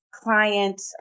Client